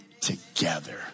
together